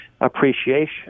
appreciation